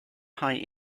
high